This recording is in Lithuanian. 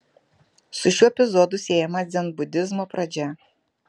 su šiuo epizodu siejama dzenbudizmo pradžia